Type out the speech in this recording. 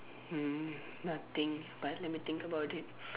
hmm nothing but let me think about it